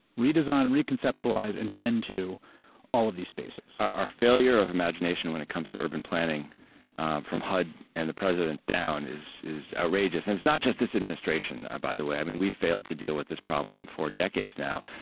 redesign and reconceptualize and tend to all of these spaces. our failure of imagination when it comes to urban planning from hud and the president down is is outrageous. and it's not just this administration ah by the way. i mean we've failed to deal with this problem for decades now.